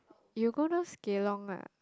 you go those kelong lah